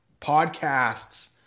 podcasts